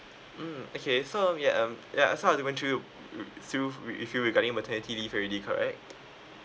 mm okay so ya um ya so I went through you through with you regarding maternity leave already correct